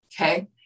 okay